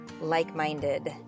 like-minded